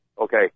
Okay